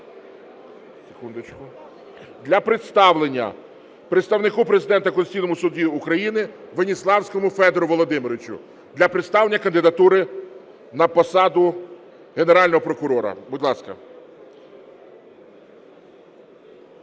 для представлення Представнику Президента в Конституційному Суді України Веніславському Федору Володимировичу, для представлення кандидатури на посаду Генерального прокурора. Будь ласка.